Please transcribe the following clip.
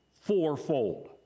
fourfold